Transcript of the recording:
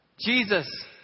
Jesus